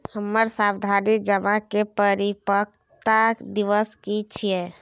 हमर सावधि जमा के परिपक्वता दिवस की छियै?